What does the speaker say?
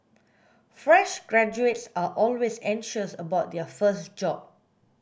fresh graduates are always anxious about their first job